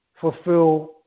fulfill